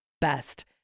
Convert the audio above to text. best